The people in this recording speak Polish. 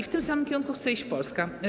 W tym samym kierunku chce iść Polska.